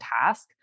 task